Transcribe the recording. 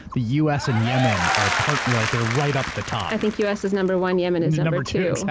the u. s. and yemen are part. and like they're right up at the top. i think u. s. is number one. yemen is number two.